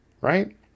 right